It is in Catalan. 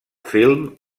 film